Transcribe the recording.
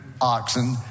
oxen